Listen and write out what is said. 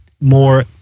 more